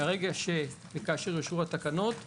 מהרגע וכאשר יאושרו התקנות ויפורסמו,